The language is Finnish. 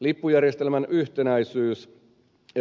lippujärjestelmän yhtenäisyys sekä